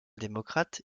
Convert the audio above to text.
démocrate